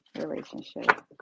relationship